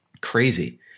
Crazy